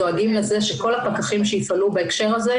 אנחנו דואגים לכך שכל הפקחים שיפעלו בהקשר הזה,